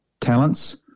talents